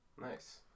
nice